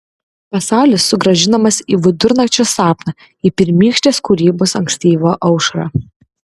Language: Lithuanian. pasaulis sugrąžinamas į vidurnakčio sapną į pirmykštės kūrybos ankstyvą aušrą